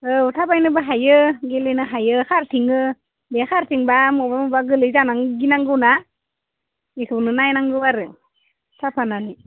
औ थाबायनोबो हायो गेलेनो हायो हारसिङो बे हारसिंब्ला मबेबा मबेबा गोग्लैजानो गिनांगौना एखौनो नायनांगौ आरो थाफानानै